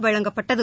வழங்கப்பட்டது